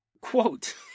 quote